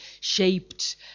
shaped